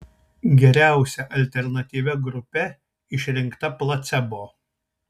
geriausia alternatyvia grupe išrinkta placebo